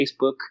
Facebook